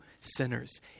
sinners